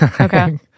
okay